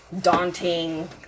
daunting